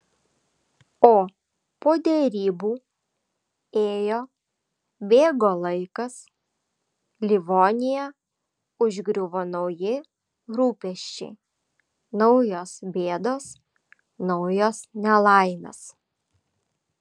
o po derybų ėjo bėgo laikas livoniją užgriuvo nauji rūpesčiai naujos bėdos naujos nelaimės